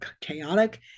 chaotic